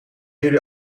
jullie